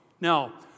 now